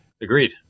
Agreed